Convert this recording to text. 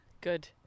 Good